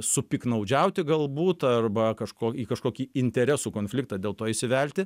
su piktnaudžiauti galbūt arba kažko į kažkokį interesų konfliktą dėl to įsivelti